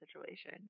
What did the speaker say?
situation